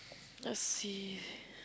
let's see